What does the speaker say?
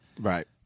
right